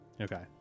Okay